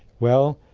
well,